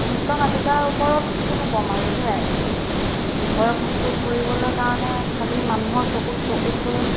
নৃত্য নাটিকাৰ ওপৰত কিনো ক'ম আৰু সেয়াই ভয় সংকোচ কৰিবলৈ কাৰণে খালী মানুহৰ চকুত চকুত হৈ